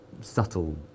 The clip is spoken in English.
subtle